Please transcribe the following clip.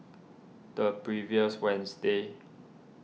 the previous Wednesday